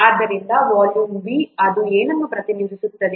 ಆದ್ದರಿಂದ volume V ಅದು ಏನನ್ನು ಪ್ರತಿನಿಧಿಸುತ್ತದೆ